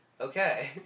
okay